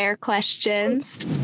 Questions